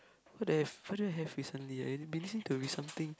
what do I have what do I have recently I've been listening to Ri~ something